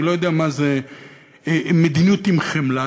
אני לא יודע מה זה מדיניות עם חמלה.